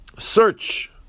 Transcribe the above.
Search